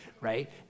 Right